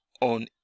on